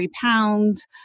pounds